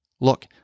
Look